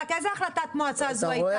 איזו החלטת מועצה זו הייתה?